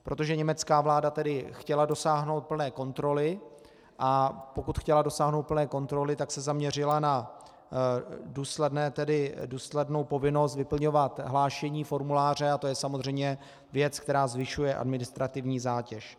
Protože německá vláda chtěla dosáhnout plné kontroly, a pokud chtěla dosáhnout plné kontroly, tak se zaměřila na důslednou povinnost vyplňovat hlášení formuláře a to je samozřejmě věc, která zvyšuje administrativní zátěž.